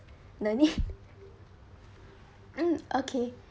no need mm okay